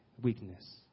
weakness